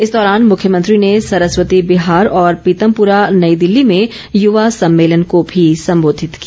इस दौरान मुख्यमंत्री ने सरस्वती बिहार और पीतमपुरा नई दिल्ली में युवा सम्मेलन को भी संबोधित किया